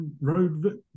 road